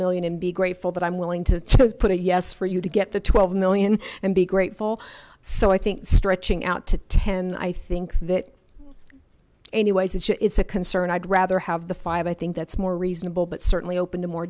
million and be grateful that i'm willing to put a yes for you to get the twelve million and be grateful so i think stretching out to ten i think that anyways it's a concern i'd rather have the five i think that's more reasonable but certainly open to more